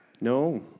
No